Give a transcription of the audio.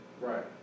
right